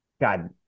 God